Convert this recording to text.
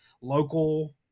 local